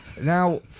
Now